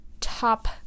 top